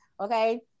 Okay